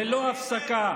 ללא הפסקה.